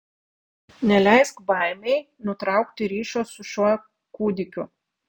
neleisk baimei nutraukti ryšio su šiuo kūdikiu